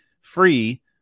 free